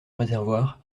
réservoir